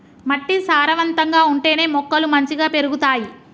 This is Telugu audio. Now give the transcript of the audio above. మట్టి సారవంతంగా ఉంటేనే మొక్కలు మంచిగ పెరుగుతాయి